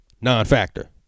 non-factor